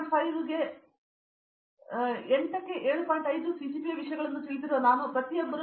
5 ಗೆ 8 ಸಿಜಿಪಿಎ ವಿಷಯಗಳನ್ನು ತಿಳಿದಿರುವ ನಾನು ಮತ್ತು ಪ್ರತಿಯೊಬ್ಬರೂ ಸಿ